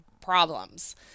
problems